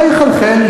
לא יחלחל.